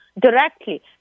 directly